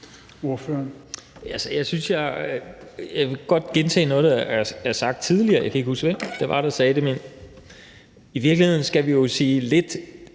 Jeg vil godt gentage noget, der er sagt tidligere, og jeg kan ikke huske, hvem det var, der sagde det, men i virkeligheden skal vi jo sige lidt